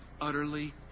utterly